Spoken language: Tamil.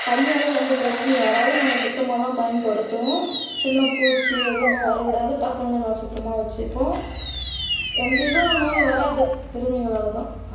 தண்ணியால் எந்த பிரச்சனையும் வராது நாங்கள் சுத்தமாகதான் பயன்படுத்துவோம் சின்ன பூச்சி எதுவுமே வர விடாது பசங்களெல்லாம் சுத்தமாக வச்சுப்போம் எந்த இதுவும் நோய் வராது கிரிமிகளால்தான்